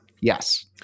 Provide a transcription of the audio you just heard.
Yes